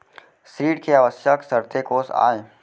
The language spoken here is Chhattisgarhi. ऋण के आवश्यक शर्तें कोस आय?